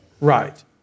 right